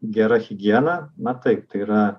gera higiena na taip tai yra